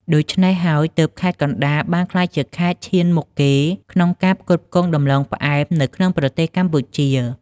ដូច្នេះហើយ ទើបខេត្តកណ្ដាលបានក្លាយជាខេត្តឈានមុខគេក្នុងការផ្គត់ផ្គង់ដំឡូងផ្អែមនៅក្នុងប្រទេសកម្ពុជា។